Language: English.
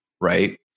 right